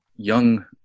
young